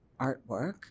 artwork